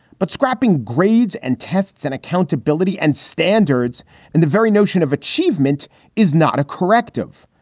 but scrapping grades and tests and accountability and standards and the very notion of achievement is not a corrective.